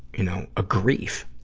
you know, a grief.